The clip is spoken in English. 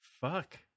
fuck